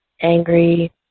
angry